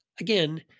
Again